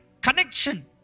connection